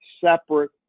separate